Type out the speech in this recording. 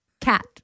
cat